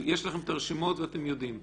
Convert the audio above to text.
יש לכם את הרשימות ואתם יודעים.